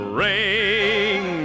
ring